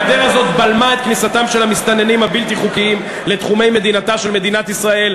הגדר הזאת בלמה את כניסתם של המסתננים הבלתי-חוקיים לתחומי מדינת ישראל.